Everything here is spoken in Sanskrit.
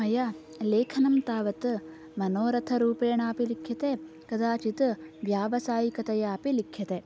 मया लेखनं तावत् मनोरथरूपेणापि लिख्यते कदाचित् व्यावसायिकतया अपि लिख्यते